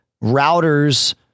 router's